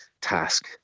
Task